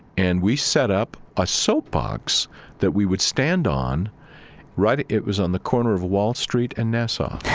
and we set up a soapbox that we would stand on right it it was on the corner of wall street and nassau,